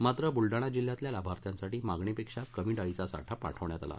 मात्र बुलडाणा जिल्ह्यातील लाभार्थ्यांसाठी मागणीपेक्षा कमी डाळीचा साठा पाठविण्यात आला